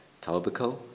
tobacco